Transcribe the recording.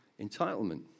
Entitlement